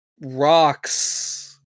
rocks